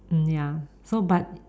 ya so but